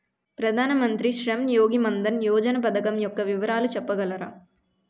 ప్రధాన మంత్రి శ్రమ్ యోగి మన్ధన్ యోజన పథకం యెక్క వివరాలు చెప్పగలరా?